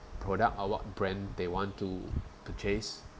product or what brand they want to purchase